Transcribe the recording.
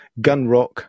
Gunrock